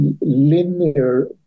linear